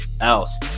else